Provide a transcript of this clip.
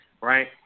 right